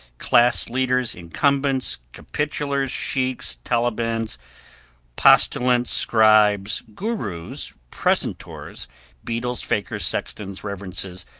class-leaders, incumbents, capitulars, sheiks, talapoins, postulants, scribes, gooroos, precentors, beadles, fakeers, sextons, reverences,